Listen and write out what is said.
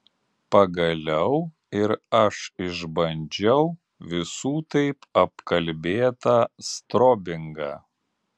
pagaliau ir aš išbandžiau visų taip apkalbėtą strobingą